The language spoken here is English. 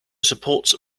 supports